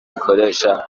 ikoresha